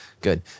good